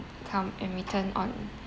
come and return on